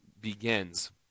begins